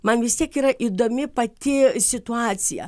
man vis tiek yra įdomi pati situacija